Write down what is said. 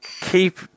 keep